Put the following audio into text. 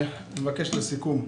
אני מבקש לסכם.